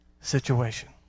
situation